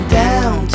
down